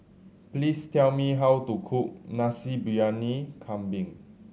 please tell me how to cook Nasi Briyani Kambing